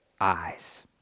eyes